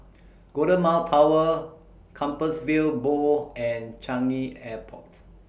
Golden Mile Tower Compassvale Bow and Changi Airport